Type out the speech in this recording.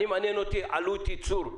אותי מעניינת עלות ייצור,